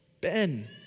Ben